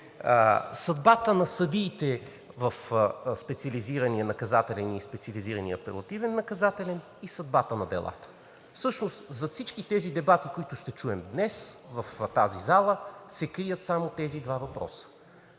съдбата на съдиите в Специализирания наказателен и Специализирания апелативен наказателен съд и съдбата на делата. Всъщност зад всички тези дебати, които ще чуем днес в тази зала, се крият само тези два въпроса.